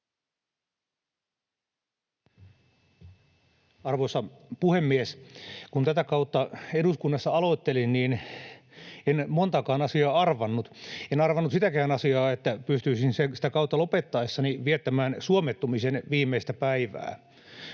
Arvoisa puhemies! Kun tätä kautta eduskunnassa aloittelin, niin en montaakaan asiaa arvannut. En arvannut sitäkään asiaa, että pystyisin kautta lopettaessani viettämään suomettumisen viimeistä päivää.